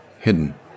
hidden